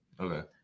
Okay